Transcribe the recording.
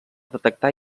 detectar